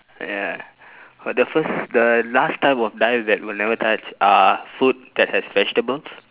ya for the first the last type of die that will never touch uh food that has vegetables